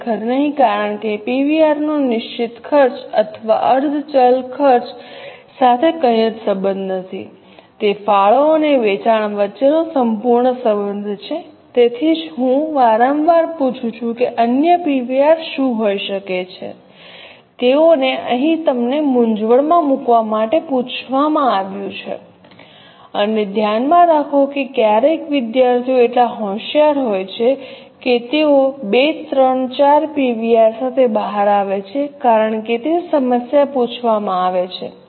ખરેખર નહીં કારણ કે પીવીઆરનો નિશ્ચિત ખર્ચ અથવા અર્ધ ચલ ખર્ચ સાથે કંઇ જ સંબંધ નથી તે ફાળો અને વેચાણ વચ્ચેનો સંપૂર્ણ સંબંધ છે તેથી જ હું વારંવાર પૂછું છું કે અન્ય પીવીઆર શું હોઈ શકે છે તેઓને અહીં તમને મૂંઝવણમાં મૂકવા માટે પૂછવા માં આવ્યું છે અને ધ્યાનમાં રાખો કે ક્યારેક વિદ્યાર્થીઓ એટલા હોશિયાર હોય છે કે તેઓ બે ત્રણ ચાર પીવીઆર સાથે બહાર આવે છે કારણ કે તે સમસ્યામાં પૂછવામાં આવે છે